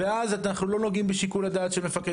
אז אנחנו לא נוגעים בשיקול הדעת של מפקד